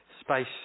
space